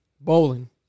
bowling